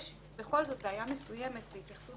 יש בכל זאת בעיה מסוימת בהתייחסות